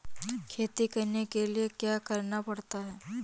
खेती करने के लिए क्या क्या करना पड़ता है?